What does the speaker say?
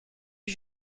que